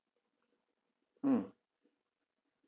mm